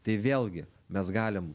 tai vėlgi mes galim